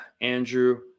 Andrew